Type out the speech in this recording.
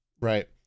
right